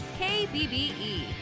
KBBE